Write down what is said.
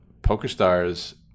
PokerStars